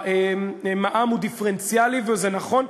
המע"מ הוא דיפרנציאלי, וזה נכון.